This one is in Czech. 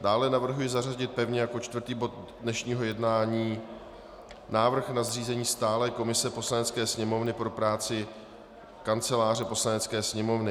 Dále navrhuji zařadit pevně jako čtvrtý bod dnešního jednání Návrh na zřízení stálé komise Poslanecké sněmovny pro práci Kanceláře Poslanecké sněmovny.